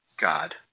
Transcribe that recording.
God